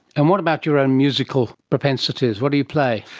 and what about your own musical propensities? what do you play?